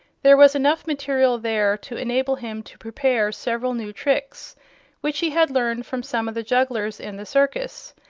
there was enough material there to enable him to prepare several new tricks which he had learned from some of the jugglers in the circus,